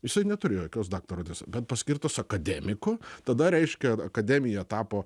jisai neturėjo jokios daktaro dis bet paskirtos akademiku tada reiškia akademija tapo